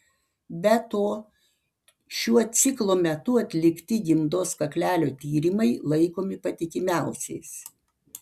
be to šiuo ciklo metu atlikti gimdos kaklelio tyrimai laikomi patikimiausiais